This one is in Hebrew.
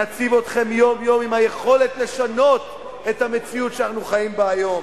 נציב אתכם יום-יום עם היכולת לשנות את המציאות שאנחנו חיים בה היום.